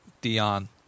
Dion